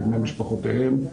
לבני משפחותיהם.